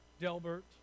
Delbert